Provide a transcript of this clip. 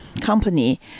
company